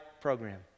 program